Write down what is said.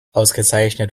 ausgezeichnet